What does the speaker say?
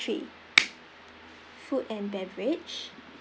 three food and beverage